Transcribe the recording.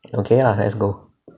okay ah let's go